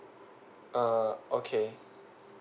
err okay